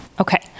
Okay